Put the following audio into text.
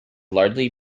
largely